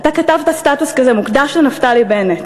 אתה כתבת סטטוס כזה: מוקדש לנפתלי בנט,